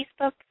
Facebook